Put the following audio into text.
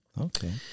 okay